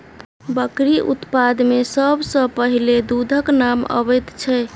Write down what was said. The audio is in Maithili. बकरी उत्पाद मे सभ सॅ पहिले दूधक नाम अबैत छै